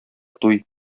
туй